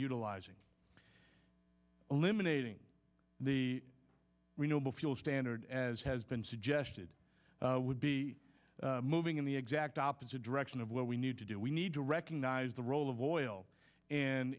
utilizing eliminating the renewable fuel standard as has been suggested would be moving in the exact opposite direction of what we need to do we need to recognize the role of oil and